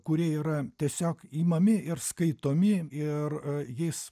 kurie yra tiesiog imami ir skaitomi ir jais